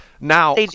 now